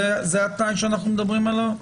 זה התנאי שאנחנו מדברים עליו?